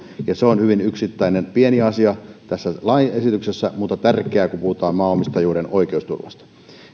ja se on hyvin pieni yksittäinen asia tässä lakiesityksessä mutta tärkeä kun puhutaan maanomistajien oikeusturvasta